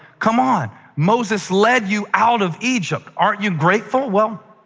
come on! moses led you out of egypt. aren't you grateful? well,